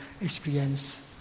experience